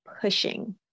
pushing